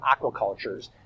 aquacultures